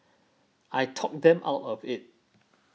I talked them out of it